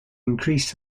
increased